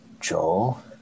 Joel